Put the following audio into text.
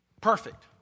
perfect